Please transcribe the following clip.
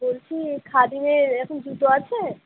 বলছি খাদিমের এরকম জুতো আছে